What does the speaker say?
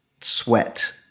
sweat